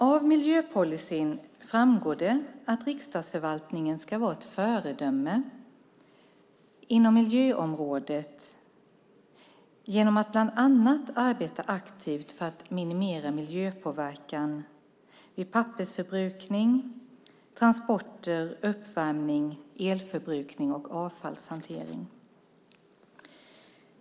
Av miljöpolicyn framgår att riksdagsförvaltningen ska vara ett föredöme inom miljöområdet genom att bland annat arbeta aktivt för att minimera miljöpåverkan vid pappersförbrukning, transporter, uppvärmning, elförbrukning och avfallshantering.